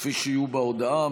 כפי שיהיו בהודעה,